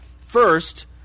First